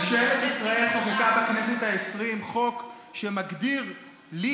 ממשלת ישראל חוקקה בכנסת העשרים חוק שמגדיר לי